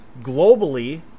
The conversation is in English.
globally